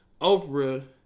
Oprah